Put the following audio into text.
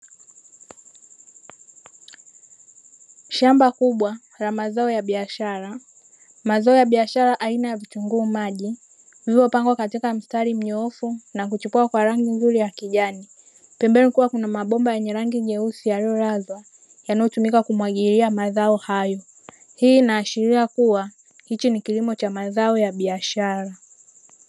Shamba kubwa la mazao ya biashara, mazao ya biashara aina ya vitunguu maji vilivyopangwa katika msitari mnyoofu na kuchipua kwa rangi nzuri ya kijani, pembeni kukiwa kuna mabomba ya rangi nyeusi yaliyolazwa yanayotumika kumwagilia mazao hayo, hii inaashiria kuwa hichi ni kilimo cha mazao ya biashara.